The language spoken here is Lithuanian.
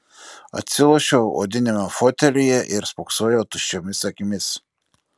atsilošiau odiniame fotelyje ir spoksojau tuščiomis akimis